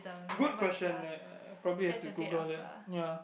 good question I I probably have to Google that ya